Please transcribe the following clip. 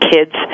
Kids